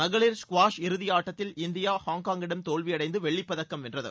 மகளிர் ஸ்குவாஷ் இறுதியாட்டத்தில் இந்தியா ஹாங்காங்கிடம் தோல்வியடைந்து வெள்ளிப் பதக்கம் வென்றது